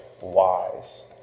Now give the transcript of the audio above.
wise